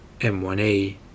M1A